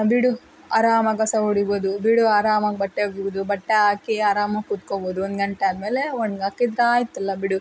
ಬಿಡು ಆರಾಮಾಗಿ ಕಸ ಹೊಡಿಬೋದು ಬಿಡು ಆರಾಮಾಗಿ ಬಟ್ಟೆ ಒಗಿಬೋದು ಬಟ್ಟೆ ಹಾಕಿ ಆರಾಮಾಗಿ ಕುತ್ಕೊಬೋದು ಒಂದು ಗಂಟೆ ಆದಮೇಲೆ ಒಣ್ಗಿ ಹಾಕಿದ್ರೆ ಆಯಿತಲ್ಲ ಬಿಡು